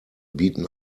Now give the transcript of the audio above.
bieten